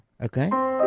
Okay